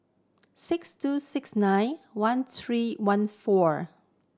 six two six nine one three one four